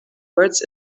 words